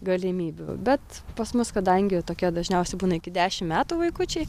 galimybių bet pas mus kadangi tokia dažniausiai būna iki dešim metų vaikučiai